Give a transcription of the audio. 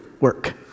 work